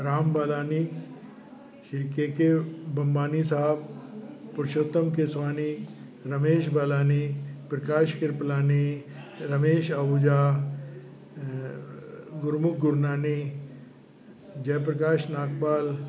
राम बलानी हिर K K Bambani साहिबु पुरषोत्तम केसवानी रमेश बलानी प्रकाश कृपलानी रमेश आहूजा ऐं गुरमुख गुरनानी जय प्रकाश नागपाल